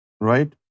Right